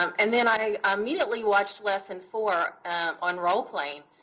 um and then i immediately watched lesson four on role playing.